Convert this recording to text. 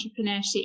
Entrepreneurship